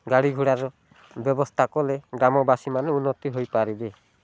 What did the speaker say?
ଗାଡ଼ି ଘୋଡ଼ାର ବ୍ୟବସ୍ଥା କଲେ ଗ୍ରାମବାସୀମାନେ ଉନ୍ନତି ହୋଇପାରିବେ